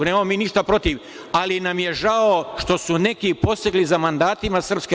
Nemamo mi ništa protiv, ali nam je žao što su neki posegli za mandatima SRS.